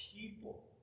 people